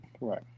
Right